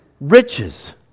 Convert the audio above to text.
riches